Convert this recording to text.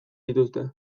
dituzte